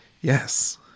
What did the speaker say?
yes